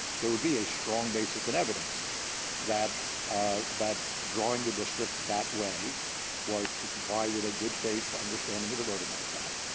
there will be a strong basis in evidence that that drawing the districts that way was to comply with a good faith understanding of the voting rights act,